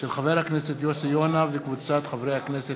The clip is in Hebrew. של קבוצת חברי הכנסת.